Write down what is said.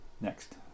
Next